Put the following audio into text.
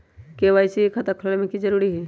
KYC के खाता खुलवा में की जरूरी होई?